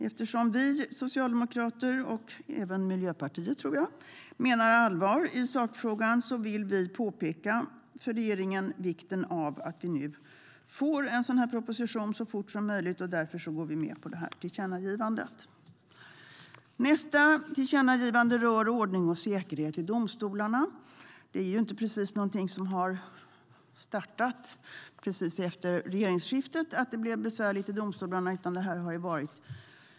Eftersom vi socialdemokrater och även Miljöpartiet, tror jag, menar allvar i sakfrågan vill vi för regeringen påpeka vikten av att vi får en proposition så fort som möjligt. Därför går vi med på tillkännagivandet. Nästa tillkännagivande rör ordning och säkerhet i domstolarna. Detta att det blev besvärligt i domstolarna är inte precis någonting som har startat direkt efter regeringsskiftet, utan så här har det varit i minst åtta år.